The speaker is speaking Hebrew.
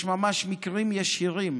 יש ממש מקרים ישירים,